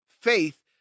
faith